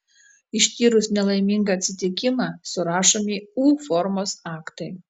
ištyrus nelaimingą atsitikimą surašomi u formos aktai